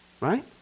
right